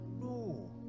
No